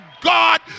God